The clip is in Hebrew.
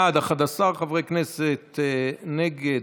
בעד, 11 חברי כנסת, נגד,